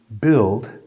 build